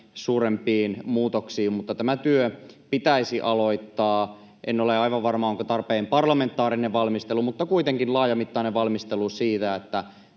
suurempiin muutoksiin, mutta tämä työ pitäisi aloittaa. En ole aivan varma, onko tarpeen parlamentaarinen valmistelu, mutta kuitenkin pitäisi tehdä laajamittainen valmistelu siitä,